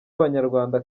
abanyarwanda